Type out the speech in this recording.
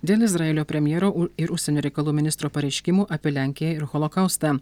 dėl izraelio premjero u ir užsienio reikalų ministro pareiškimų apie lenkiją ir holokaustą